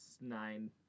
Nine